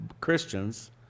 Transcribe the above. Christians